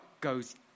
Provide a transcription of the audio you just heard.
goes